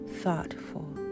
thoughtful